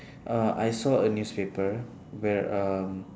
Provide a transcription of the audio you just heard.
uh I saw a newspaper where um